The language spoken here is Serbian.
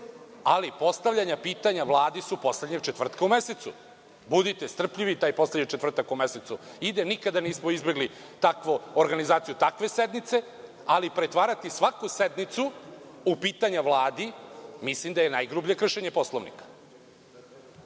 ali postavljanja pitanja Vladi su poslednjeg četvrtka u mesecu. Budite strpljivi taj poslednji četvrtak u mesecu ide. Nikada nismo izbegli takvu organizaciju sednice, ali pretvarati svaku sednicu u pitanja Vladi mislim da je najgrublje kršenje Poslovnika.